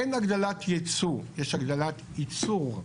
אין הגדלת ייצוא, יש הגדלת ייצור,